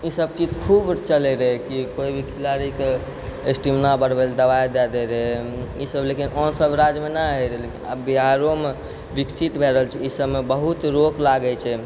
ई सब चीज खूब चलै रहै कि कोइ भी खेलाड़ीके स्टेमिना बढ़बैलए दवाइ दऽ दैत रहै ई सब लेकिन आन सब राजमे नहि होइ रहै आब बिहारोमे विकसित भऽ रहल छै ई सबमे बहुत रोक लागै छै